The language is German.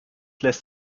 lässt